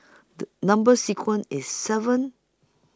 The Number sequence IS seven